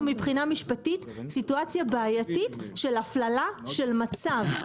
מבחינה משפטית סיטואציה בעייתית של הפללה של מצב,